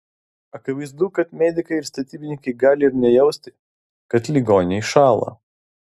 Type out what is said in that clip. akivaizdu kad medikai ir statybininkai gali ir nejausti kad ligoniai šąla